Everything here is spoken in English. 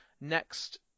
next